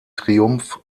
triumph